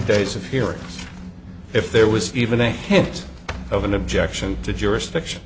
days of hearings if there was even a hint of an objection to jurisdiction